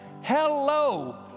Hello